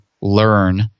learn